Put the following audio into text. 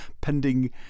pending